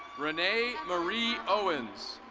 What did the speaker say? renee maury owens.